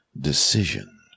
decision